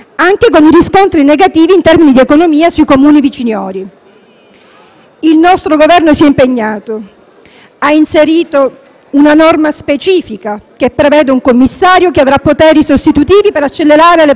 Il nostro Governo si è impegnato, ha inserito una norma specifica che prevede un commissario che avrà poteri sostitutivi per accelerare le procedure, in modo da poter saltare le pastoie burocratiche,